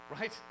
Right